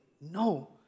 No